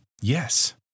Yes